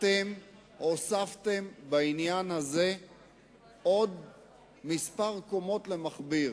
אתם הוספתם בעניין הזה עוד קומות למכביר,